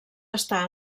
estar